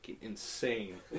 insane